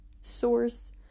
source